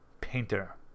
painter